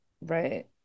Right